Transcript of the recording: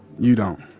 you don't.